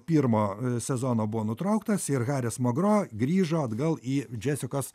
pirmo sezono buvo nutrauktas ir haris mogro grįžo atgal į džesikos